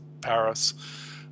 Paris